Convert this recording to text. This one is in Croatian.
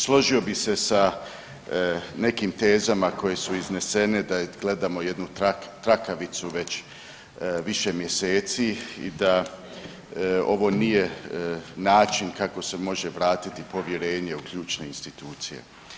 Složio bih se sa nekim tezama koje su iznesene da gledamo jednu trakavicu već više mjeseci i da ovo nije način kako se može vratiti povjerenje u ključne institucije.